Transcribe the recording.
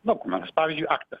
dokumentas pavyzdžiui aktas